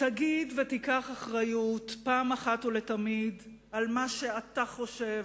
תגיד ותיקח אחריות פעם אחת ולתמיד למה שאתה חושב,